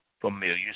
familiar